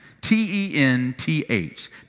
T-E-N-T-H